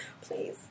Please